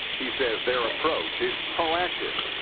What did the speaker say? he says their approach is proactive.